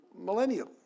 millennium